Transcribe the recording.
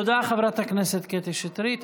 תודה, חברת הכנסת קטי שטרית.